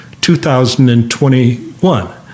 2021